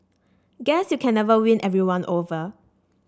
guess you can never win everyone over